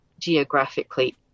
geographically